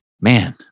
man